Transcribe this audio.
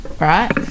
right